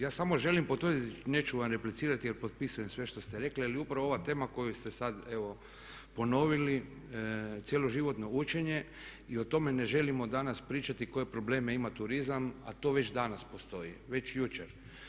Ja samo želim potvrditi, neću vam replicirati jer potpisujem sve što ste rekli ali upravo ova tema koju ste sad evo ponovili, cjeloživotno učenje i o tome ne želimo danas pričati koje probleme ima turizam, a to već danas postoji, već jučer.